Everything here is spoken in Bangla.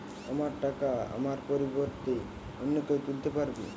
আমার টাকা আমার পরিবর্তে অন্য কেউ তুলতে পারবে?